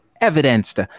Evidenced